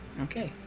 okay